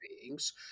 beings